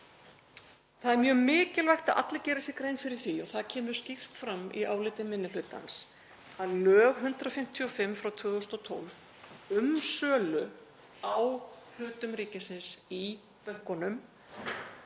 Það er mjög mikilvægt að allir geri sér grein fyrir því, og það kemur skýrt fram í áliti minni hlutans, að lög nr. 155/2012, um sölu á hlutum ríkisins í bönkunum,